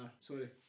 sorry